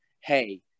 hey